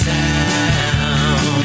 town